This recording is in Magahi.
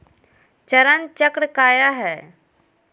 चरण चक्र काया है?